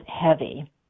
heavy